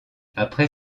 après